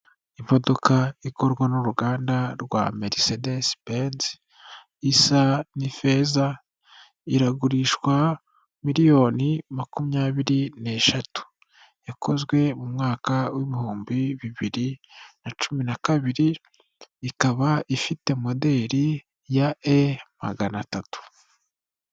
Imodoka ikorwa n'uruganda rwa merisedesi benzi isa n'ifeza iragurishwa miliyoni makumyabiri neshatu yakozwe mu mwaka w'ibihumbi bibiri na cumi na kabiri ikaba ifite moderi ya e magana atatu.